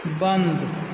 बन्द